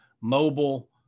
mobile